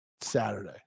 Saturday